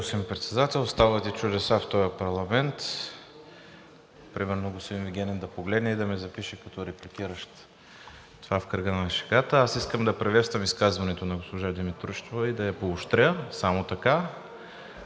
Аз искам да приветствам изказването на госпожа Димитрушева и да я поощря. Само така!